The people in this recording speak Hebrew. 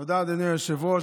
תודה, אדוני היושב-ראש.